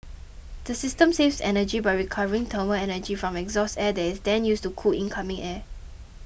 the system saves energy by recovering thermal energy from exhaust air that is then used to cool incoming air